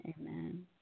Amen